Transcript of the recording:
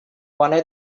wanna